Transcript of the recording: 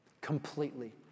completely